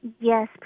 Yes